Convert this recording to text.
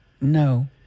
no